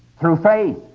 through faith